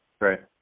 Right